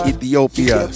Ethiopia